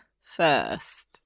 first